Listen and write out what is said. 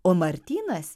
o martynas